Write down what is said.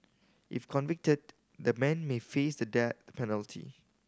if convicted the men may face the death penalty